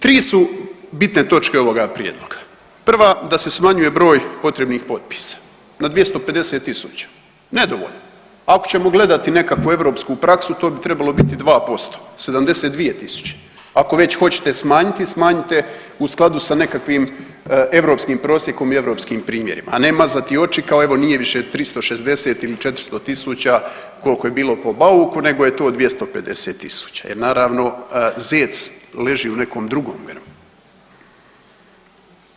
Tri su bitne točke ovoga prijedloga, prva da se smanjuje broj potrebnih potpisa na 250 tisuća nedovoljno, ako ćemo gledati nekakvu europsku praksu to bi trebalo biti 2%, 72 tisuće, ako već hoćete smanjiti smanjite u skladu sa nekakvim europskim prosjekom i europskim primjerima, a ne mazati oči kao evo nije više 360 ili 400 tisuća koliko je bilo po Bauku, nego je to 250 tisuća jer naravno zec leži u nekom drugom grmu.